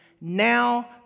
now